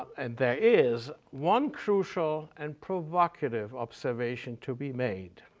and there is one crucial and provocative observation to be made,